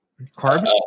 carbs